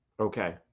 Okay